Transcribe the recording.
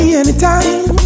anytime